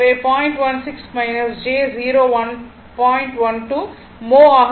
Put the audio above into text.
12 mho ஆக இருக்கும்